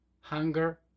hunger